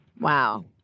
Wow